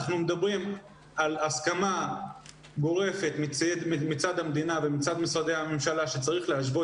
אנחנו מדברים על הסכמה גורפת מצד המדינה ומצד משרדי הממשלה שצריך להשוות